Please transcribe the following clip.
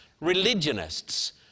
religionists